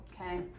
Okay